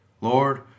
Lord